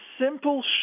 simple